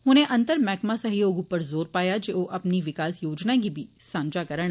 उनें अंतर मैहकमा सहयोग उप्पर जोर पाया जे ओ अपनी विकास योजनाएं गी सांझा करन